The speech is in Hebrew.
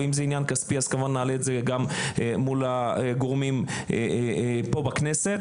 ואם זה עניין כספי אז כמובן נעלה את זה גם מול הגורמים פה בכנסת.